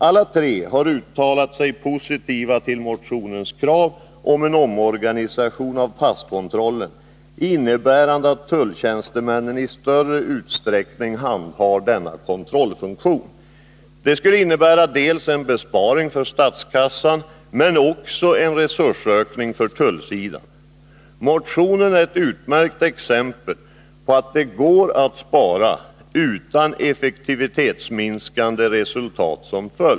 Alla tre instanserna har ställt sig positiva till motionens krav på en omorganisation av passkontrollen, innebärande att tulltjänstemännen i större utsträckning handhar denna kontrollfunktion. Det skulle innebära en besparing för statskassan men också en resursökning för tullsidan. Motionen är ett utmärkt exempel på att det går att spara utan effektivitetsminskande resultat.